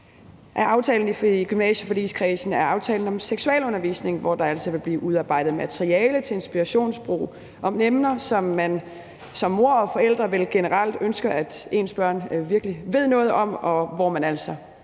aftalen i gymnasieforligskredsen er aftalen om seksualundervisning, hvor der altså vil blive udarbejdet materiale til inspirationsbrug om emner, som man som mor og forældre vel generelt ønsker at ens børn virkelig ved noget om, men hvor man ikke